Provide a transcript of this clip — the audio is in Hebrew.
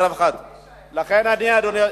חבר הכנסת מולה,